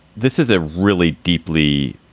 this is a really deeply,